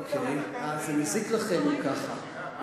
אה, אם ככה זה מזיק לכם, בסדר.